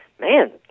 man